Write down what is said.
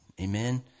Amen